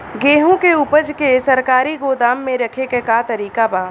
गेहूँ के ऊपज के सरकारी गोदाम मे रखे के का तरीका बा?